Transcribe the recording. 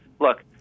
Look